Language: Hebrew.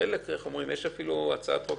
שיש אפילו הצעת חוק